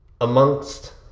Amongst